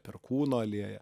perkūno alėja